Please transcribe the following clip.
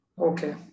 Okay